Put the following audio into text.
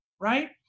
right